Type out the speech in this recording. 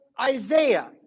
isaiah